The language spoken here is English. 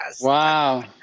wow